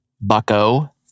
Bucko